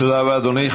תודה רבה, אדוני.